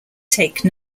take